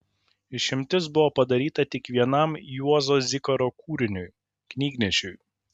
išimtis buvo padaryta tik vienam juozo zikaro kūriniui knygnešiui